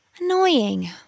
Annoying